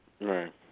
Right